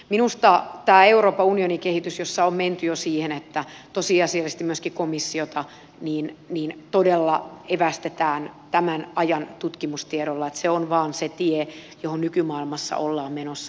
minusta tämä euroopan unionin kehitys jossa on jo menty siihen että tosiasiallisesti myöskin komissiota todella evästetään tämän ajan tutkimustiedolla on se tie johon nykymaailmassa ollaan menossa